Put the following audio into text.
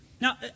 Now